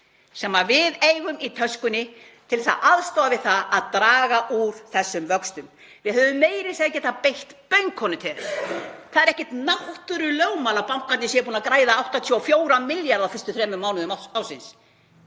sem við eigum í töskunni til að aðstoða við það að draga úr þessum vöxtum. Við hefðum meira að segja getað beitt bönkunum til þess. Það er ekkert náttúrulögmál að bankarnir séu búnir að græða 84 milljarða á fyrstu þremur mánuðum ársins.